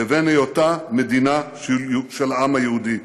לבין היותה מדינה של העם היהודי.